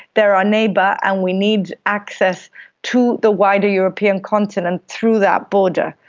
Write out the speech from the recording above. they are our neighbour and we need access to the wider european continent through that border.